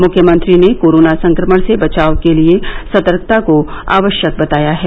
मुख्यमंत्री ने कोरोना संक्रमण से बचाव के लिए सतर्कता को आवश्यक बताया है